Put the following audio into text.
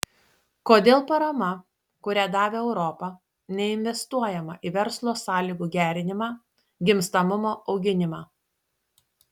kodėl parama kurią davė europa neinvestuojama į verslo sąlygų gerinimą gimstamumo auginimą